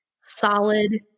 solid